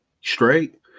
Straight